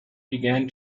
began